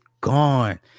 gone